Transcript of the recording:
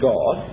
God